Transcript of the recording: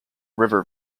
river